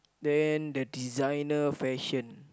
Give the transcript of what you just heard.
then the designer fashion